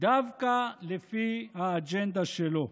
דווקא לפי האג'נדה שלו.